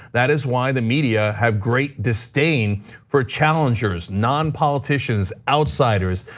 that is why the media have great disdain for challengers, nonpoliticians, outsiders.